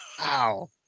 Wow